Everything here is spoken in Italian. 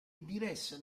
diresse